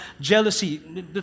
jealousy